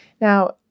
Now